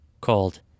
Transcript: called